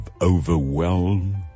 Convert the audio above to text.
overwhelm